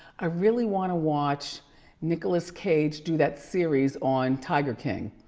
i really wanna watch nicolas cage do that series on tiger king.